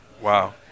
Wow